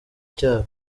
cyabo